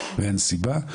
ואין סיבה,